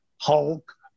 Hulk